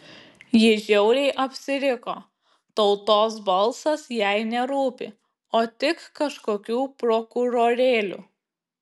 ji žiauriai apsiriko tautos balsas jai nerūpi o tik kažkokių prokurorėlių